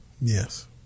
Yes